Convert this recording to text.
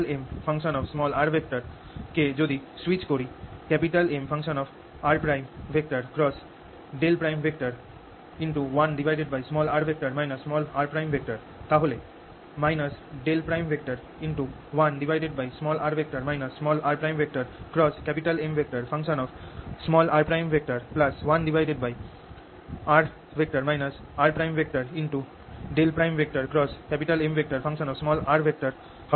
Mr কে যদি switch করি Mr1r r তাহলে 1r rMr 1r rMr হবে